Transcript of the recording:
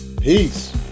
Peace